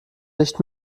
nicht